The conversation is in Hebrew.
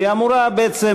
והיא אמורה בעצם,